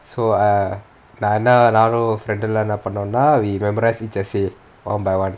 so err நான் என்ன நானும்:naan enna naanum friend உம் லாம் என்ன பன்னொன்னா:um laam enna pannonaa we memorise each essay one by one